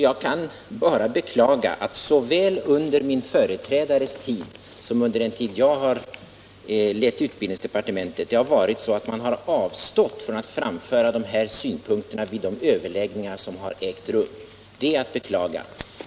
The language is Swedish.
Jag kan bara beklaga att man såväl under min företrädares tid som under den tid jag lett utbildningsdepartementet har avstått från att framföra dessa synpunkter vid de överläggningar som har ägt rum.